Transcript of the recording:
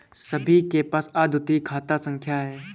सभी के पास अद्वितीय खाता संख्या हैं